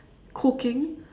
cooking